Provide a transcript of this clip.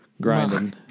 grinding